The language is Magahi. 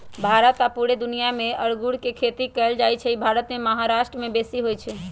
भारत आऽ पुरे दुनियाँ मे अङगुर के खेती कएल जाइ छइ भारत मे महाराष्ट्र में बेशी होई छै